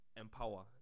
empower